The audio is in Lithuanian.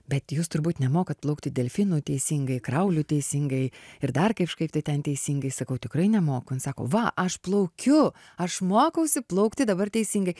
bet jūs turbūt nemokat plaukti delfinu teisingai krauliu teisingai ir dar kažkaip tai ten teisingai sakau tikrai nemoku jin sako va aš plaukiu aš mokausi plaukti dabar teisingai